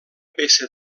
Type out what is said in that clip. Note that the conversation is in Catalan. peça